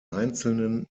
einzelnen